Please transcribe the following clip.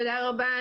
תודה רבה.